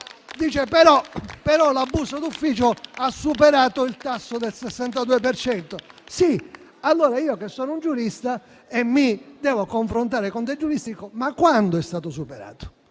che, però, l'abuso d'ufficio ha superato il tasso del 62 per cento. Sì, ma io, che sono un giurista e mi devo confrontare con dei giuristi, chiedo: quando è stato superato?